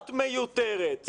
צעקנות מיותרת.